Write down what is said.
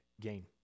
gain